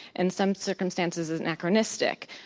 in some circumstances, is anachronistic,